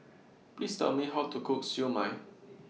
Please Tell Me How to Cook Siew Mai